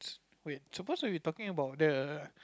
wait supposed when we talking about that ah